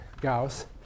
Gauss